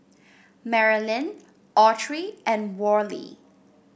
Merilyn Autry and Worley